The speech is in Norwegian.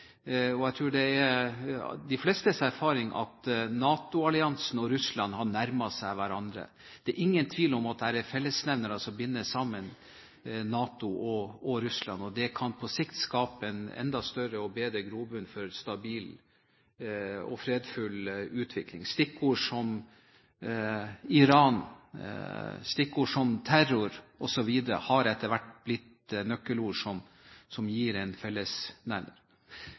og min erfaring – jeg tror det er de flestes erfaring – er at NATO-alliansen og Russland har nærmet seg hverandre. Det er ingen tvil om at det er fellesnevnere som binder sammen NATO og Russland, og det kan på sikt skape en enda større og bedre grobunn for stabil og fredfull utvikling. Stikkord som Iran, stikkord som terror osv. har etter hvert blitt nøkkelord som skaper en